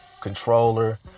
controller